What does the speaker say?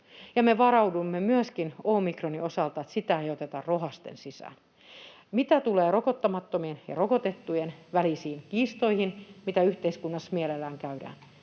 ja me varaudumme myöskin omikronin osalta, että sitä ei oteta rohaisten sisään. Mitä tulee rokottamattomien ja rokotettujen välisiin kiistoihin, mitä yhteiskunnassa mielellään käydään,